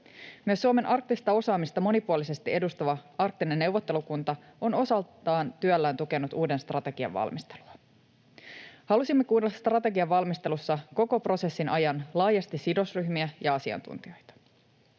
Myös Suomen arktista osaamista monipuolisesti edustava arktinen neuvottelukunta on osaltaan työllään tukenut uuden strategian valmistelua. Halusimme kuulla strategian valmistelussa koko prosessin ajan laajasti sidosryhmiä ja asiantuntijoita.